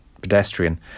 pedestrian